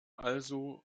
also